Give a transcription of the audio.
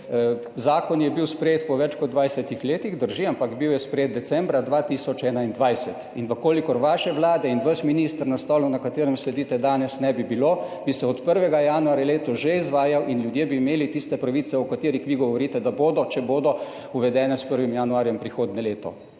zakon sprejet po več kot 20 letih, drži, ampak bil je sprejet decembra 2021 in če vaše vlade in vas, minister, na stolu, na katerem sedite danes, ne bi bilo, bi se od 1. januarja letos že izvajal in ljudje bi imeli tiste pravice, o katerih vi govorite, da bodo, če bodo uvedene s 1. januarjem prihodnje leto.